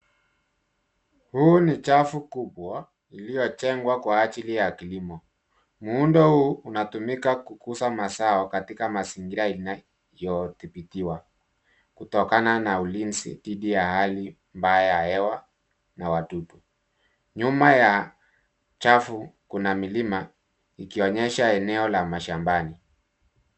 Huu ni chafu kubwa, iliyojengwa kwa ajili ya kilimo. Muundo huu unatumika kukuza mazao katika mazingira inayodhibitiwa, kutokana na ulinzi dhidi ya hali mbaya ya hewa na wadudu. Nyuma ya chafu kuna milima, ikionyesha eneo la mashambani.